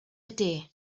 ydy